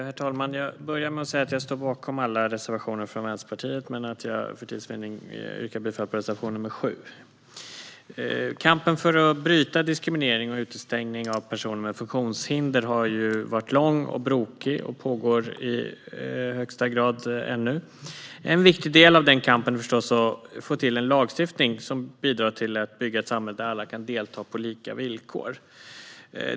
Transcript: Herr talman! Jag börjar med att säga att jag står bakom alla reservationer från Vänsterpartiet men att jag för tids vinnande yrkar bifall bara till reservation nr 7. Kampen för att bryta diskriminering och utestängning av personer med funktionshinder har varit lång och krokig och pågår i högsta grad ännu. En viktig del av den kampen är förstås att få till en lagstiftning som bidrar till att bygga ett samhälle där alla kan delta på lika villkor.